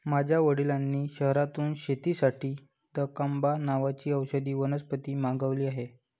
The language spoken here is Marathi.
माझ्या वडिलांनी शहरातून शेतीसाठी दकांबा नावाची औषधी वनस्पती मागवली आहे